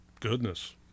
Goodness